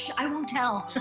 i won't tell.